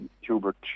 Hubert